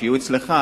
או שיהיו אצלך,